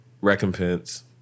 recompense